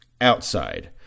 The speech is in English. outside